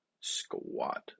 squat